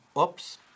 oops